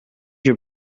your